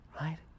Right